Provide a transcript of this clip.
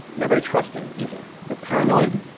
not very trusting either. they're paranoid.